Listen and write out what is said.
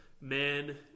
men